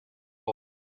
old